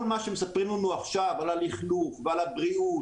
כל מה שמספרים לנו עכשיו על הלכלוך ועל הבריאות